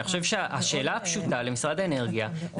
אני חושב שהשאלה הפשוטה למשרד האנרגיה זה